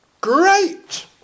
great